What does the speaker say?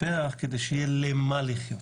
ופרח כדי שיהיה למה לחיות'.